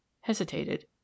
hesitated